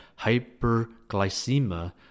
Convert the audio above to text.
hyperglycemia